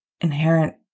inherent